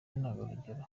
intangarugero